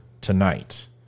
tonight